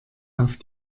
auf